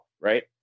right